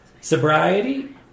sobriety